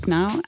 now